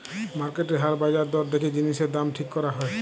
মার্কেটের হাল বাজার দর দেখে জিনিসের দাম ঠিক করা হয়